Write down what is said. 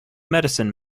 medicine